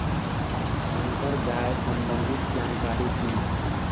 संकर गाय संबंधी जानकारी दी?